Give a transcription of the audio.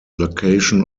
location